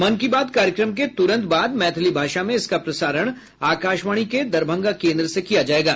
मन की बात कार्यक्रम के तुरंत बाद मैथिली भाषा में इसका प्रसारण आकाशवाणी के दरभंगा केन्द्र से किया जायेगा